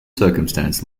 circumstance